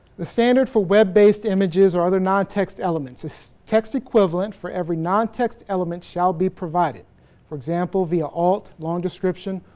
the standard for web based images or other non-text elements text equivalent for every non-text element shall be provided for example via alt, long description,